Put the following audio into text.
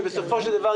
שבסופו של דבר,